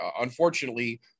Unfortunately